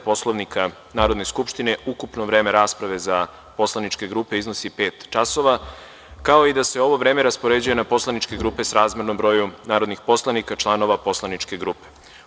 Poslovnika Narodne skupštine, ukupno vreme rasprave za poslaničke grupe iznosi pet časova, kao i da se ovo vreme raspoređuje na poslaničke grupe srazmerno broju narodnih poslanika, članova poslaničke grupe.